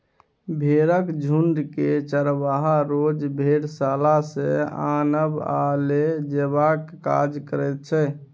भेंड़क झुण्डकेँ चरवाहा रोज भेड़शाला सँ आनब आ लए जेबाक काज करैत छै